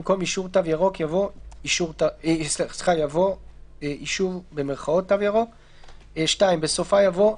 במקום "אישור תו ירוק" יבוא "אישור "תו ירוק""; בסופה יבוא: